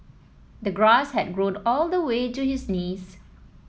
the grass had grown all the way to his knees